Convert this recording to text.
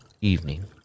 evening